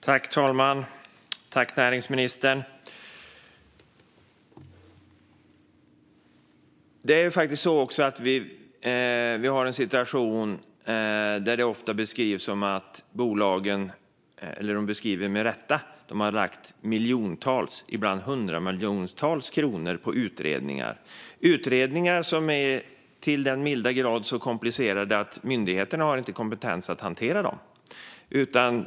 Herr talman! Jag tackar näringsministern. Vi har en situation där det ofta, med rätta, beskrivs som att bolagen har lagt miljoner - ibland till och med hundratals miljoner kronor - på utredningar. Dessa utredningar är så till den milda grad komplicerade att myndigheterna inte har kompetens att hantera dem.